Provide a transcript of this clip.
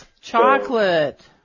Chocolate